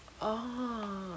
ah